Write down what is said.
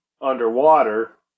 underwater